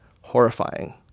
horrifying